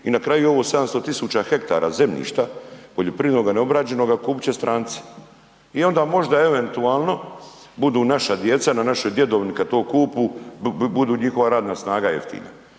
i na kraju ovo 700 tisuća hektara zemljišta poljoprivrednoga neobrađenoga kupit će stranci. I onda možda eventualno budu naša djeca na našoj djedovini kad to kupu budu njihova radna snaga jeftina.